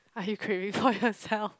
are you craving for yourself